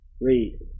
Read